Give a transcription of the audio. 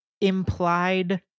implied